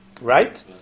Right